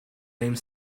name